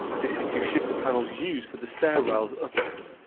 this is to shift the panels used for the stair rails up a bit.